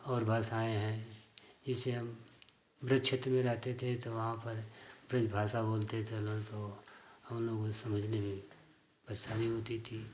और भाषाएँ हैं जिसे हम बृज क्षेत्र में रहते थे तो वहाँ पर बृज भाषा बोलते थे उधर तो हम लोगों को समझने में परशानी होती थी